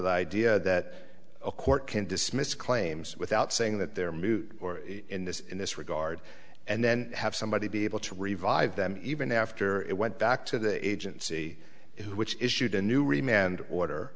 the idea that a court can dismiss claims without saying that their mood or in this in this regard and then have somebody be able to revive them even after it went back to the agency which issued a new remain and order